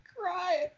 cry